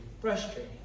frustrating